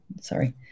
sorry